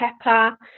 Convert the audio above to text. pepper